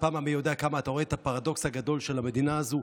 בפעם המי-יודע-כמה אתה רואה את הפרדוקס הגדול של המדינה הזאת.